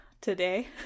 today